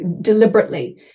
Deliberately